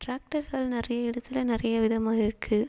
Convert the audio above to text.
டிராக்டர்கள் நிறைய இடத்துல நிறைய விதமாக இருக்குது